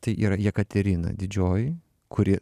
tai yra jekaterina didžioji kuri